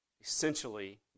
essentially